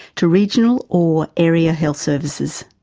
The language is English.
to regional or area health services.